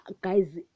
guys